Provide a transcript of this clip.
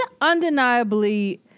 undeniably